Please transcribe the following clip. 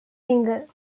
winger